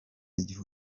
igihe